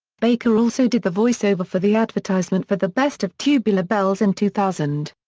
baker also did the voice-over for the advertisement for the best of tubular bells in two thousand.